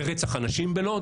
ורצח הנשים בלוד